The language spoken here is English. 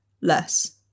less